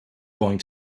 going